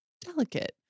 delicate